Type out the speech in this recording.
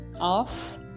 off